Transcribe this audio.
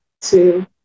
two